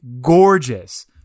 gorgeous